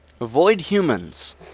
Avoidhumans